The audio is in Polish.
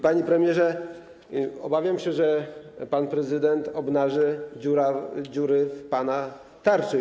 Panie premierze, obawiam się, że pan prezydent obnaży dziury w pana tarczy.